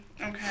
okay